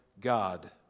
God